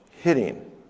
hitting